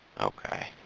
Okay